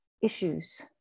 issues